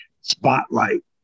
Spotlight